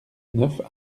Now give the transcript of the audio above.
neuf